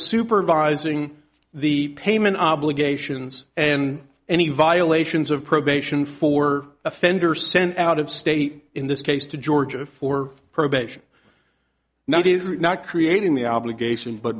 supervising the payment obligations and any violations of probation for offender sent out of state in this case to georgia for probation now it is not creating the obligation but